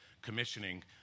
commissioning